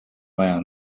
vaja